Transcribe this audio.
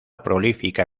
prolífica